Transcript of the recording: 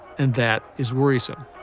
and that is worrisome.